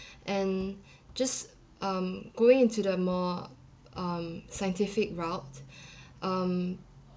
and just um going into the more um scientific route um